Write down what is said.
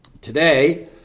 Today